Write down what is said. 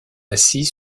assis